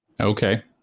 Okay